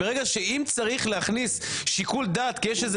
אם צריך להכניס שיקול דעת כי יש איזה